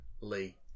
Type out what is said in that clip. Lee